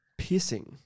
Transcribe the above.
pissing